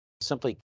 Simply